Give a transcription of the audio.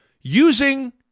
using